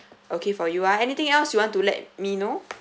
okay for you ah anything else you want to let me know